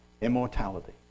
immortality